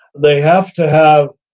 they have to have,